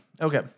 Okay